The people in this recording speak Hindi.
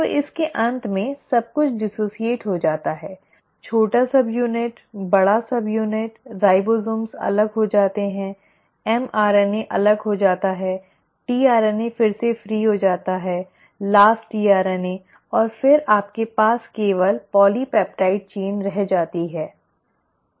तो इसके अंत में सब कुछ डिसोशीएट हो जाता है छोटे सबयूनिट बड़े सबयूनिट राइबोसोम अलग हो जाते हैं mRNA अलग हो जाता है tRNA फिर से फ्री हो जाता है अंतिम टीआरएनए और फिर आपके पास केवल पॉलीपेप्टाइड श्रृंखला रह जाती है